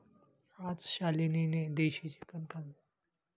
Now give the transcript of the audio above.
आज शालिनीने देशी चिकन खाल्लं